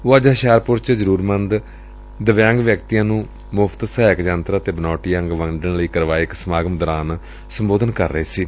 ਉਹ ਅੱਜ ਹੁਸ਼ਿਆਰਪੁਰ ਚ ਜ਼ਰੂਰਤਮੰਦ ਦਿਵਆਂਗ ਵਿਅਕਤੀਆਂ ਨੂੰ ਮੁਫ਼ਤ ਸਹਾਇਕ ਯੰਤਰ ਅਤੇ ਬਣਾਉਟੀ ਅੰਗ ਵੰਡਣ ਲਈ ਕਰਵਾਏ ਗਏ ਸਮਾਗਮ ਦੌਰਾਨ ਸੰਬੋਧਨ ਕਰ ਰਹੇ ਸਨ